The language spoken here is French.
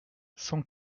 cent